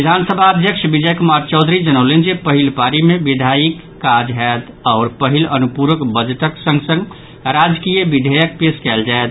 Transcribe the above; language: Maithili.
विधान सभा अध्यक्ष विजय कुमार चौधरी जनौलनि जे पहिल पारी मे विधायीक काज होयत आओर पहिल अनुपूरक बजटक संग संग राजकीय विधेयक पेश कयल जायत